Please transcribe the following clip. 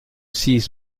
six